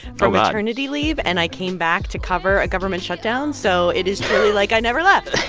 from maternity leave. and i came back to cover a government shutdown. so it is truly like i never left.